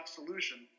solution